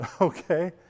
okay